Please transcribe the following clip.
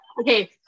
Okay